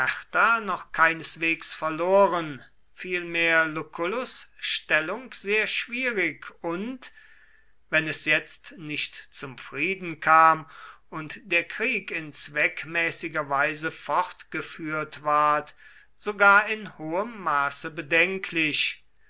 noch keineswegs verloren vielmehr lucullus stellung sehr schwierig und wenn es jetzt nicht zum frieden kam und der krieg in zweckmäßiger weise fortgeführt ward sogar in hohem maße bedenklich